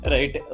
Right